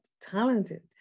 talented